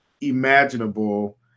imaginable